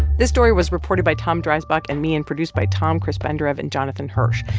this story was reported by tom dreisbach and me and produced by tom, chris benderev and jonathan hirsch.